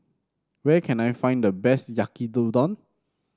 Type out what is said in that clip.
where can I find the best Yaki Udon